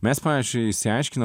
mes pavyzdžiui išsiaiškinam